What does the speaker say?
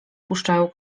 puszczają